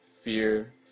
Fear